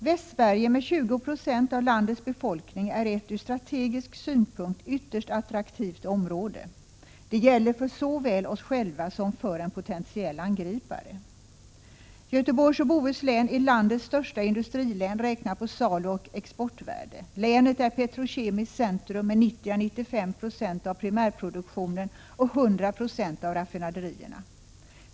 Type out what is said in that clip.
Västsverige med 20 96 av landets befolkning är ett från strategisk synpunkt ytterst attraktivt område. Det gäller såväl för oss själva som för en potentiell angripare. Göteborgs och Bohus län är landets största industrilän, räknat på saluoch exportvärde. Länet är petrokemiskt centrum med 90 96 å 95 96 av primärproduktionen och 100 22 av raffinaderierna.